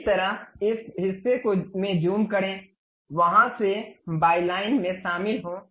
इसी तरह इस हिस्से में जूम करें वहां से बाइलाइन में शामिल हों